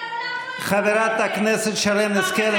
חברת הכנסת שרן השכל,